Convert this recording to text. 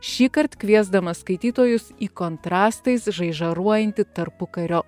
šįkart kviesdamas skaitytojus į kontrastais žaižaruojantį tarpukario